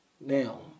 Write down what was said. Now